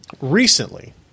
Recently